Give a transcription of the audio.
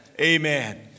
Amen